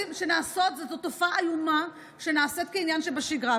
זאת תופעה איומה שנעשית כעניין שבשגרה.